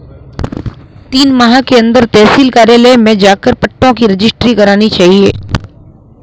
तीन माह के अंदर तहसील कार्यालय में जाकर पट्टों की रजिस्ट्री करानी चाहिए